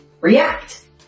react